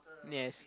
yes